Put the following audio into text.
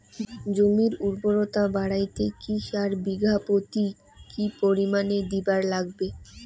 জমির উর্বরতা বাড়াইতে কি সার বিঘা প্রতি কি পরিমাণে দিবার লাগবে?